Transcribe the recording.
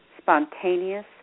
spontaneous